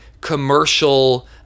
commercial